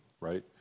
right